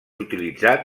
utilitzat